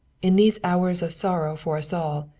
in these hours of sorrow for us all,